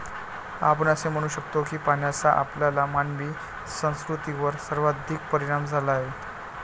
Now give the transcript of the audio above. आपण असे म्हणू शकतो की पाण्याचा आपल्या मानवी संस्कृतीवर सर्वाधिक परिणाम झाला आहे